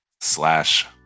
slash